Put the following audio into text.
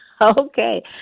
Okay